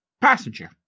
Passenger